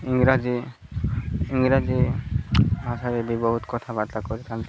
ଇଂରାଜୀ ଇଂରାଜୀ ଭାଷାରେ ବି ବହୁତ କଥାବାର୍ତ୍ତା କରିଥାନ୍ତି